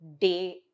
day